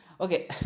Okay